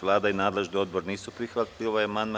Vlada u nadležni odbor nisu prihvatili ovaj amandman.